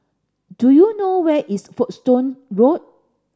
do you know where is Folkestone Road